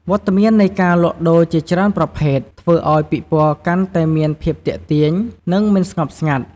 វត្តមាននៃការលក់ដូរជាច្រើនប្រភេទ ធ្វើឱ្យពិព័រណ៍កាន់តែមានភាពទាក់ទាញ និងមិនស្ងប់ស្ងាត់។